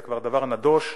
זה כבר דבר נדוש,